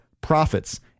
Profits